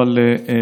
אין